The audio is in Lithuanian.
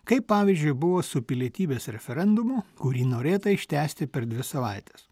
kaip pavyzdžiui buvo su pilietybės referendumu kurį norėta ištęsti per dvi savaites